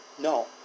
No